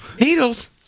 Needles